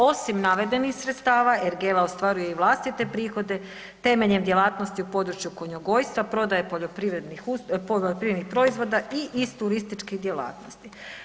Osim navedenih sredstava ergela ostvaruje i vlastite prihode temeljem djelatnosti u području konjogojstva, prodaje poljoprivrednih proizvoda i iz turističkih djelatnosti.